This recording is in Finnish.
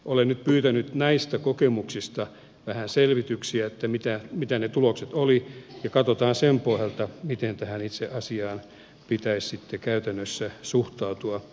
olen nyt pyytänyt näistä kokemuksista vähän selvityksiä että mitä ne tulokset olivat ja katsotaan sen pohjalta miten tähän itse asiaan pitäisi sitten käytännössä suhtautua